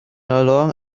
along